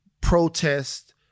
protest